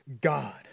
God